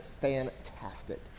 fantastic